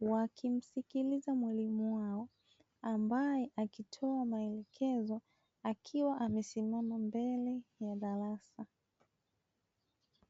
wakimsikiliza mwalimu wao ambaye akitoa maelekezo akiwa amesimama mbele ya darasa.